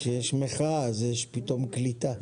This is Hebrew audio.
כשיש מחאה, יש פתאום קליטה.